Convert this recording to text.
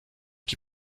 qui